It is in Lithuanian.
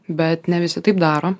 bet ne visi taip daro